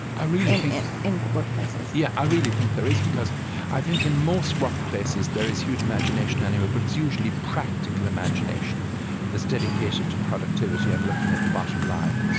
i really in workplaces? yeah i really think there is, because i think in most workplaces there is huge imagination anyway, but it's usually practical imagination that's dedicated to productivity and looking at the bottom line.